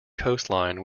coastline